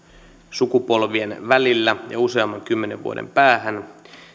sukupolvien välillä ja useamman kymmenen vuoden päähän